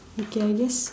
okay I guess